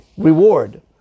Reward